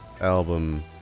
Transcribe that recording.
album